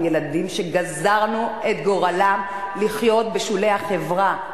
ילדים שגזרנו את גורלם לחיות בשולי החברה?